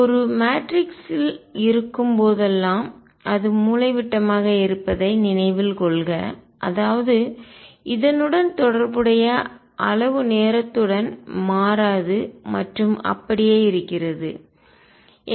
ஒரு மேட்ரிக்ஸ் இருக்கும் போதெல்லாம் அது மூலைவிட்டமாக இருப்பதை நினைவில் கொள்க அதாவது இதனுடன் தொடர்புடைய அளவு நேரத்துடன் மாறாது மற்றும் அப்படியே இருக்கிறது பாதுகாக்கப்படுகிறது